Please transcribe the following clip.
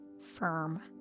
firm